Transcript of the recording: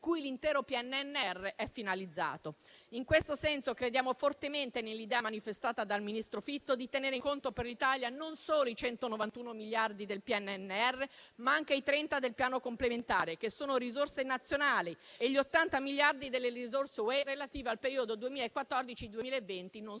cui l'intero PNNR è finalizzato. In questo senso, crediamo fortemente nell'idea manifestata dal ministro Fitto di tenere in conto per l'Italia non solo i 191 miliardi di euro del PNNR, ma anche i 30 del Piano complementare, che sono risorse nazionali, e gli 80 miliardi di euro delle risorse UE, relative al periodo 2014-2020, non